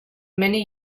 many